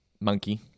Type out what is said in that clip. monkey